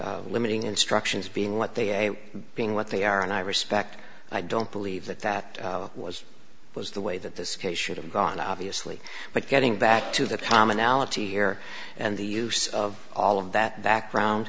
and limiting instructions being what they being what they are and i respect i don't believe that that was was the way that this case should have gone obviously but getting back to the commonality year and the use of all of that background